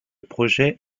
projet